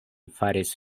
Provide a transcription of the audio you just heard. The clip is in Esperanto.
faris